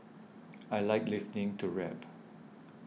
I like listening to rap